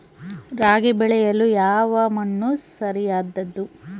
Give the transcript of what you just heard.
ರಾಗಿ ಬೆಳೆಯಲು ಯಾವ ಮಣ್ಣು ಸರಿಯಾದದ್ದು?